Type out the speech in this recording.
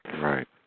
Right